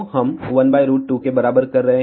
क्यों हम 12के बराबर कर रहे हैं